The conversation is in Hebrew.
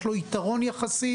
יש לו יתרון יחסי,